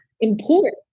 Important